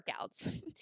workouts